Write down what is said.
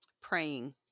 praying